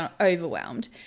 overwhelmed